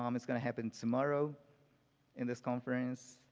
um it's gonna happen tomorrow in this conference.